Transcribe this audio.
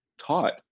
taught